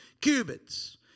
cubits